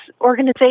organization